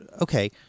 Okay